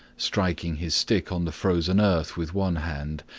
striking his stick on the frozen earth with one hand,